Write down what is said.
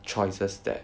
choices that